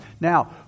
Now